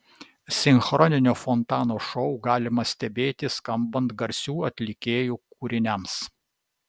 sinchroninio fontano šou galima stebėti skambant garsių atlikėjų kūriniams